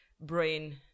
brain